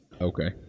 Okay